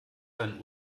seinen